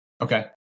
Okay